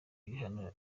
ibihano